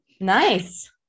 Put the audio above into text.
Nice